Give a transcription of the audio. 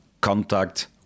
contact